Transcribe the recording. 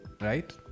right